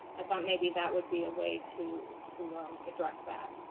i thought maybe that would be a way to to address that.